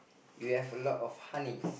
you have a lot of honeys